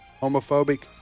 homophobic